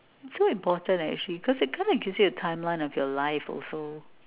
so important eh actually because it kinda gives you a timeline of your life also